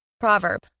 Proverb